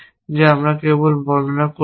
যা আমি কেবল বর্ণনা করব